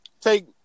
take